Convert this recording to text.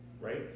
right